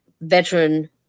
veteran